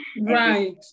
Right